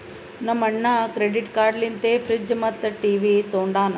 ನಮ್ ಅಣ್ಣಾ credit card ಲಿಂತೆ ಫ್ರಿಡ್ಜ್ ಮತ್ತ ಟಿವಿ ತೊಂಡಾನ